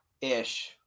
Ish